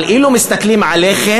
אבל אילו היו מסתכלים עליכם,